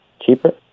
Cheaper